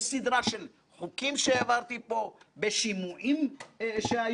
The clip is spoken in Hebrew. ופעלנו באמות מידה של חקיקה שמחייבת אותנו.